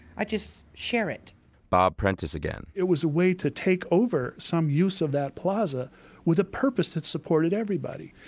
i just, share it bob prentiss again it was a way to take over some use of that plaza with a purpose that supported everybody.